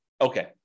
Okay